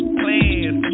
plans